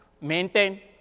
maintain